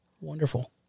Wonderful